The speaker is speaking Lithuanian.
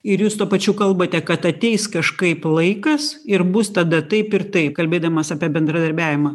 ir jūs tuo pačiu kalbate kad ateis kažkaip laikas ir bus tada taip ir taip kalbėdamas apie bendradarbiavimą